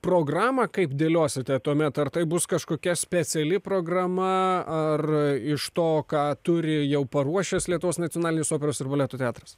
programą kaip dėliosite tuomet ar tai bus kažkokia speciali programa ar iš to ką turi jau paruošęs lietuvos nacionalinis operos ir baleto teatras